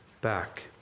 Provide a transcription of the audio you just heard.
back